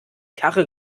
karre